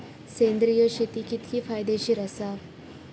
सेंद्रिय शेती कितकी फायदेशीर आसा?